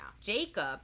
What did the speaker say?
jacob